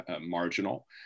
marginal